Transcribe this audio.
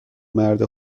مرد